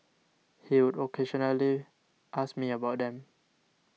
he would occasionally ask me about them